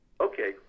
Okay